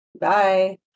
Bye